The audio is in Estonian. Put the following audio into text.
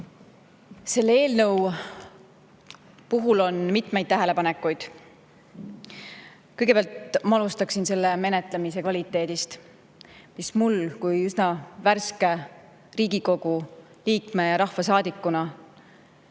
Selle eelnõu puhul on mitmeid tähelepanekuid. Kõigepealt, ma alustan selle menetlemise kvaliteedist. Mulle kui üsna värskele Riigikogu liikmele, rahvasaadikule